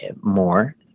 more